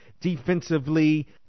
defensively